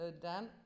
Dan